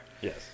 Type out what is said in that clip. Yes